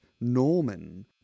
Norman